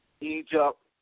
Egypt